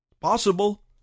Possible